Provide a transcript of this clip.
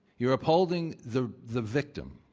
you're upholding the the victim.